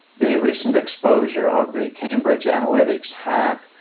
the recent exposure of the cambridge analytics hack,